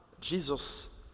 Jesus